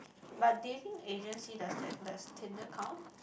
but dating agency does that does tinder count